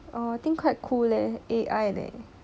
err think quite cool leh A_I leh